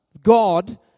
God